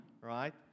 right